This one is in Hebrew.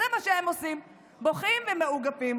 זה מה שהם עושים, בוכים ומאוגפים.